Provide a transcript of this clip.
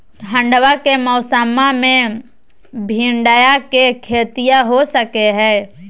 ठंडबा के मौसमा मे भिंडया के खेतीया हो सकये है?